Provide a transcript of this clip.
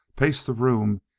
paced the room,